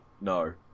No